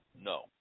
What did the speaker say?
No